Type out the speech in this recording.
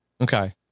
Okay